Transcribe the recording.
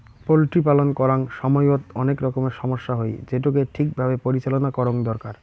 poultry পালন করাং সমইত অনেক রকমের সমস্যা হই, যেটোকে ঠিক ভাবে পরিচালনা করঙ দরকার